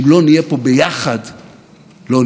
תודה לחבר הכנסת יאיר לפיד.